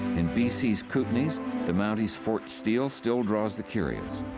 in b c's kootenays the mounties' fort steele still draws the curious.